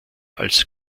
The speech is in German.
als